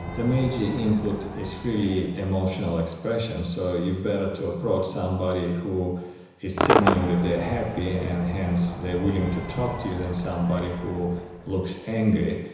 the major input is really emotional expression. so you're better to approach somebody who is signalling that they are happy and hence they are willing to talk to you than somebody who looks angry.